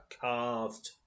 carved